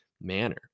manner